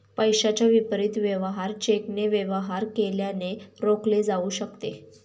पैशाच्या विपरीत वेवहार चेकने वेवहार केल्याने रोखले जाऊ शकते